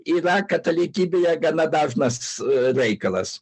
yra katalikybėje gana dažnas reikalas